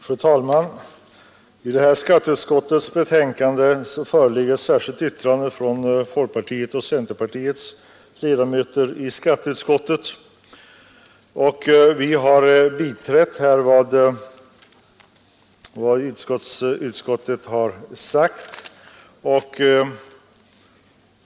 Fru talman! Vid skatteutskottets betänkande nr 23 har fogats ett särskilt yttrande från folkpartiets och centerpartiets ledamöter i skatteutskottet. Vi har biträtt vad utskottsmajoriteten har sagt.